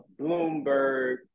Bloomberg